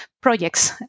projects